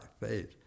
faith